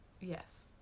yes